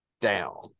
down